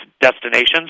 destinations